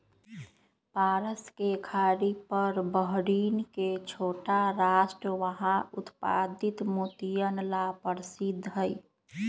फारस के खाड़ी पर बहरीन के छोटा राष्ट्र वहां उत्पादित मोतियन ला प्रसिद्ध हई